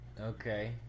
Okay